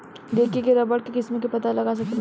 देखिए के रबड़ के किस्म के पता लगा सकेला